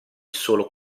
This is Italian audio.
solo